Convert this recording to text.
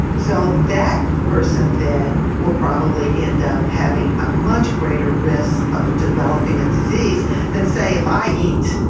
so that person then will probably end up having a much greater risk of developing a disease than say if i eat,